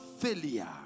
failure